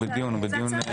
בדיון, הוא בדיון.